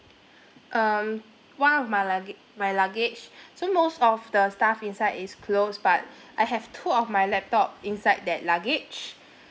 um one of my lugga~ my luggage so most of the stuff inside is clothes but I have two of my laptop inside that luggage